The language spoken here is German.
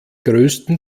größten